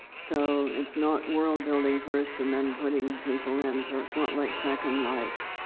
so, it's not world-building first, and then putting people in. so it's not like second life.